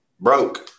broke